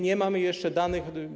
Nie mamy jeszcze danych.